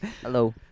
Hello